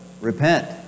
repent